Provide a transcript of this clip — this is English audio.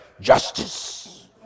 justice